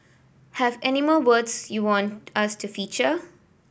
have any more words you want us to feature